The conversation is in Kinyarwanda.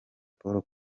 paul